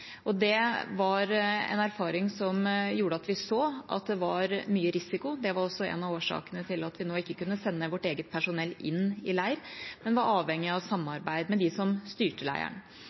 og det var en erfaring som gjorde at vi så at det var mye risiko. Det var også en av årsakene til at vi nå ikke kunne sende vårt eget personell inn i leiren, men var avhengige av samarbeid med dem som styrte